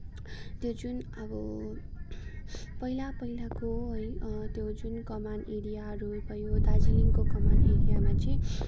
त्यो जुन अब पहिला पहिलाको है त्यो जुन कमान एरियाहरू भयो दार्जिलिङको कमान एरियामा चाहिँ